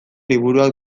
liburuak